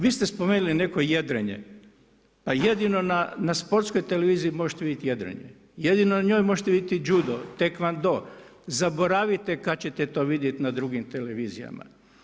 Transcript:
Vi ste spomenuli neko jedrenje, pa jedino na Sportskoj televiziji možete vidjeti jedrenje, jedino na njoj možete vidjeti džudo, taekwondo, zaboravite kada ćete to vidjeti na drugim televizijama.